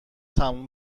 تموم